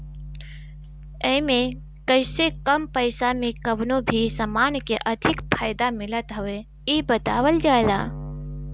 एमे कइसे कम पईसा में कवनो भी समान के अधिक फायदा मिलत हवे इ बतावल जाला